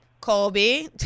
Colby